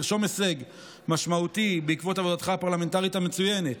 כבר תוכל לרשום הישג משמעותי בעקבות עבודתך הפרלמנטרית המצוינת,